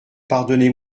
pardonnez